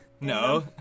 No